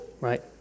right